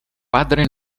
padre